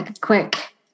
quick